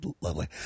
lovely